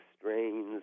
strains